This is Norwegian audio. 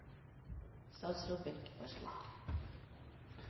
statsråd, så